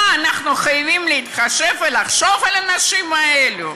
אנחנו חייבים להתחשב ולחשוב על האנשים האלה?